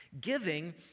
Giving